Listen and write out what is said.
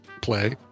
play